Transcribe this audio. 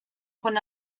con